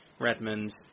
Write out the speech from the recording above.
Redmond